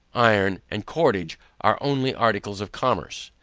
iron, and cordage are only articles of commerce.